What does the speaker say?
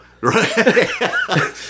Right